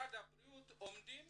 במשרד הבריאות עובדים